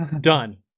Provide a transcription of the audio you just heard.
Done